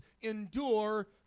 endure